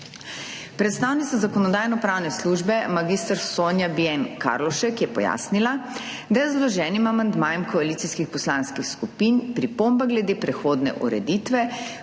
Predstavnica Zakonodajno-pravne službe mag. Sonja Bien Karlovšek je pojasnila, da je z vloženim amandmajem koalicijskih poslanskih skupin pripomba glede prehodne ureditve